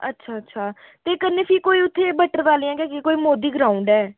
अच्छा अच्छा ते कन्नै फ्ही कोई उत्थै बट्टल वालियां आह्ली बक्खी कोई मोदी ग्राऊंड ऐ